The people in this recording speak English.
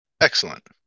Excellent